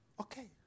Okay